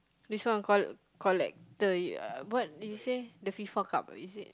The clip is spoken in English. this one coll~ collector uh what you say the FIFA-Cup is it